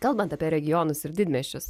kalbant apie regionus ir didmiesčius